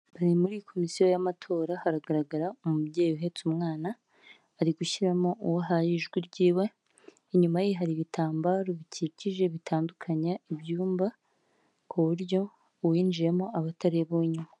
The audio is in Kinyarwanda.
Bari muri komisiyo y'amatora, haragaragara umubyeyi uhetse umwana, bari gushyiramo uwo ahaye ijwi ryiwe, inyuma ye hari ibitambaro bikikije bitandukanya ibyumba, ku buryo uwinjiyemo aba atareba uwinyuma.